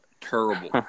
Terrible